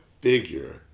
figure